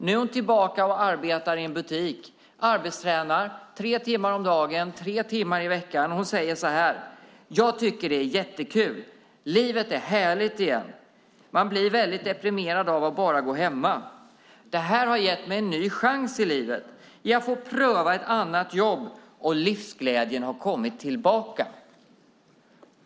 Nu är hon tillbaka och arbetar i en butik, arbetstränar tre timmar om dagen tre dagar i veckan. Hon säger så här: Jag tycker att det är jättekul. Livet är härligt igen. Man blir väldigt deprimerad av att bara gå hemma. Det här har gett mig en ny chans i livet. Jag får pröva ett annat jobb, och livsglädjen har kommit tillbaka.